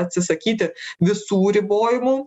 atsisakyti visų ribojimų